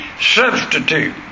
substitute